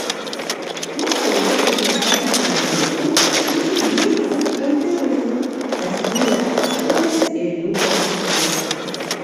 šiuo siauru ir nepatikimu keliuku jis išdrįso užpulti rusus atsidūręs tarp upės ir jų pozicijų